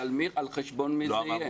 אז על חשבון מי זה יהיה?